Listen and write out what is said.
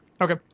Okay